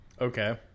Okay